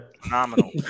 phenomenal